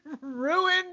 ruined